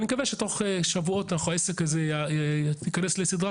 אני מקווה שתוך שבועות העסק הזה ייכנס לסדרת